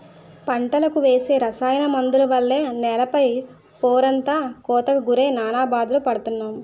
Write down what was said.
పంటలకు వేసే రసాయన మందుల వల్ల నేల పై పొరంతా కోతకు గురై నానా బాధలు పడుతున్నాం